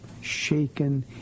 shaken